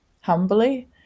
humbly